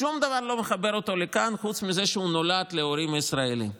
שום דבר לא מחבר אותו לכאן חוץ מזה שהוא נולד להורים ישראלים.